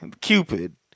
Cupid